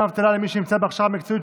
דמי אבטלה למי שנמצא בהכשרה מקצועית),